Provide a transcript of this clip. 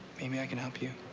maybe i can help you.